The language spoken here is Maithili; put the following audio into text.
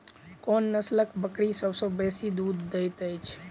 कोन नसलक बकरी सबसँ बेसी दूध देइत अछि?